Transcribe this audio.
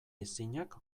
ezinak